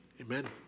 Amen